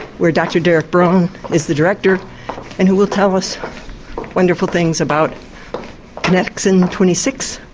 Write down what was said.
where dr derek braun is the director and who will tell us wonderful things about connexin twenty six,